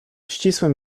ścisłym